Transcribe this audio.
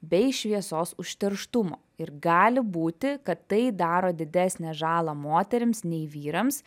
bei šviesos užterštumo ir gali būti kad tai daro didesnę žalą moterims nei vyrams